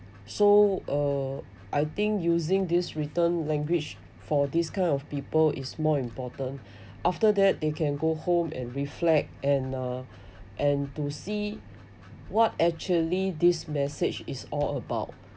so uh I think using this written language for this kind of people is more important after that they can go home and reflect and uh and to see what actually this message is all about